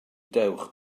dewch